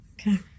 Okay